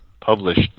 published